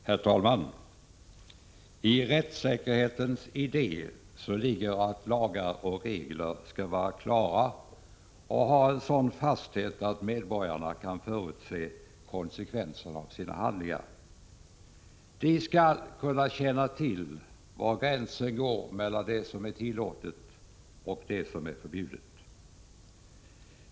Herr talman! I rättssäkerhetens idé ligger att lagar och regler skall vara klara och ha en sådan fasthet att medborgarna kan förutse konsekvenserna av sina handlingar. De skall kunna känna till var gränsen går mellan det som är tillåtet och det som är förbjudet.